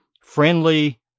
friendly